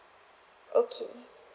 okay